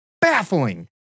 baffling